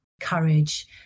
courage